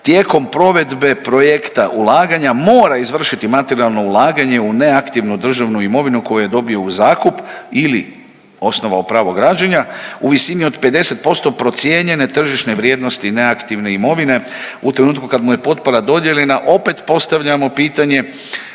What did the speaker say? tijekom provedbe projekta ulaganja mora izvršiti materijalno ulaganje u neaktivnu državnu imovinu koju je dobio u zakup ili osnovao pravo građenja, u visini od 50% procijenjeno tržišne vrijednosti neaktivne imovine u trenutku kad mu je potpora dodijeljena, opet postavljamo pitanje